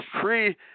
tree